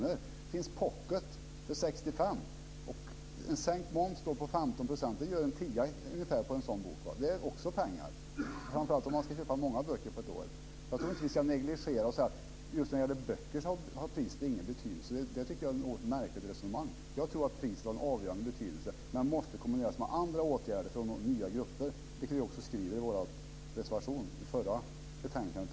Det finns pocketar för 65 kr. En sänkt moms på 15 % gör ungefär en tia på en sådan bok. Det är också pengar, framför allt om man ska köpa många böcker på ett år. Jag tror inte att vi ska negligera detta och säga att priset inte har någon betydelse just när det gäller böcker. Det tycker jag är ett något märkligt resonemang. Jag tror att priset har en avgörande betydelse, men det måste kombineras med andra åtgärder för att nå nya grupper, vilket vi också skriver i vår reservation till det förra betänkandet.